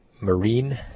marine